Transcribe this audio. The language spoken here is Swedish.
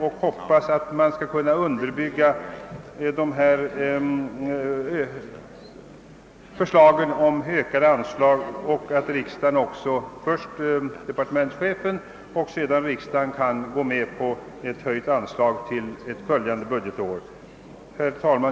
Vi hoppas, att förslagen om ökade anslag därvid skall kunna underbyggas och att först departementschefen och sedan riksdagen skall gå med på ett förhöjt anslag till följande budgetår.